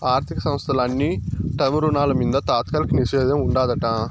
ఆర్థిక సంస్థల అన్ని టర్మ్ రుణాల మింద తాత్కాలిక నిషేధం ఉండాదట